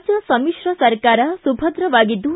ರಾಜ್ಣ ಸಮಿತ್ರ ಸರ್ಕಾರ ಸುಭದ್ರವಾಗಿದ್ದು